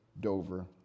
dover